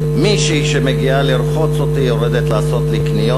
מישהי שמגיעה לרחוץ אותי ויורדת לעשות לי קניות.